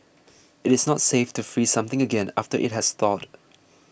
it is not safe to freeze something again after it has thawed